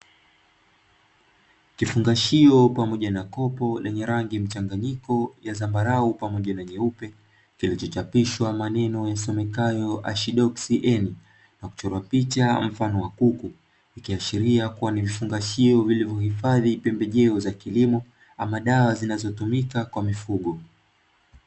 Kifungashio pamoja na kopo lenye rangi mchanganyiko ya zambarau pamoja na nyeupe, kilichochapishwa maneno yasomekayo "ASHIDOXX N" na kuchorwa picha mfano wa kuku. Ikiashiria kuwa ni vifungashio vilivyohifadhi pembejeo za kilimo ama dawa zinazotumika kwa mifugo.